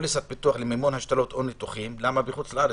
- למה בחו"ל?